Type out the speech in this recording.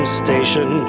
station